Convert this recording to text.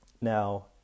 Now